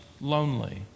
lonely